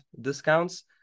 discounts